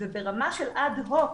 ברמה של אד הוק,